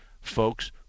Folks